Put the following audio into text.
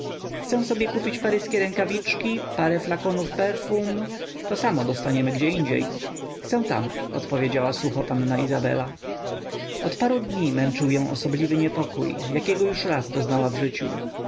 chcę sobie kupić paryskie rękawiczki kilka flakonów perfum to samo dostaniemy gdzieindziej chcę tam odpowiedziała sucho panna izabela od paru dni męczył ją osobliwy niepokój jakiego już raz doznała w życiu